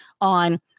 on